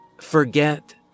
forget